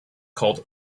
called